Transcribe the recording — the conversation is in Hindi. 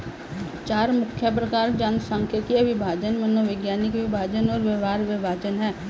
चार मुख्य प्रकार जनसांख्यिकीय विभाजन, मनोवैज्ञानिक विभाजन और व्यवहार विभाजन हैं